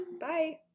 Bye